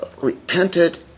repented